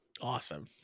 Awesome